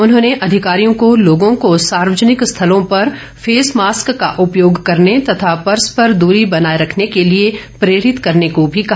उन्होंने अधिकारियों को लोगों को सार्वजनिक स्थलों पर फेस मास्क का उपयोग करने तथा परस्पर दरी बनाए रखने के लिए प्रेरित करने को भी कहा